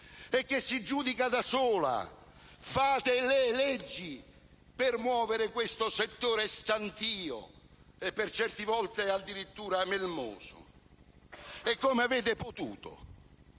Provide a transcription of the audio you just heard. e che si giudica da sola. Fate le leggi per muovere questo settore stantio e, in alcuni casi, addirittura melmoso. Come avete potuto